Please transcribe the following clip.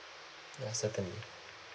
ya certainly